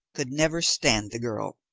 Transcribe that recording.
could never stand the girl.